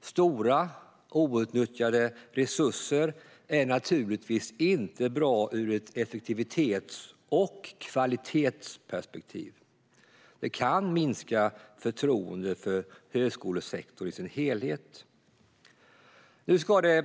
Stora outnyttjade resurser är naturligtvis inte bra ur ett effektivitets och kvalitetsperspektiv. Det kan minska förtroendet för högskolesektorn i dess helhet. Nu ska det